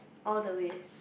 all the way